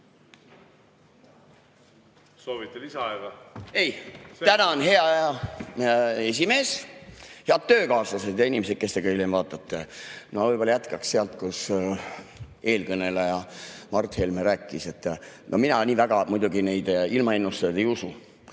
Soovite lisaaega? Ei. Tänan, hea esimees! Head töökaaslased ja inimesed, kes te ka hiljem vaatate! Ma jätkaks sealt, millest eelkõneleja Mart Helme rääkis. No mina nii väga muidugi neid ilmaennustajaid ei usu.